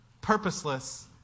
Purposeless